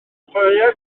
chwaraea